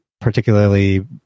particularly